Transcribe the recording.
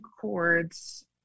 chords